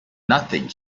nothing